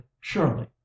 surely